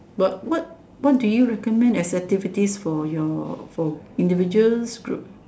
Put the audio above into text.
but what what do you recommend as activities for your for individuals